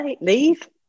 leave